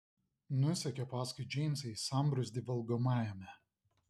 nusekė paskui džeimsą į sambrūzdį valgomajame